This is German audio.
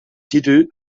titel